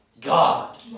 God